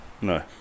No